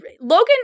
Logan